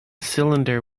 cylinder